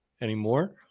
anymore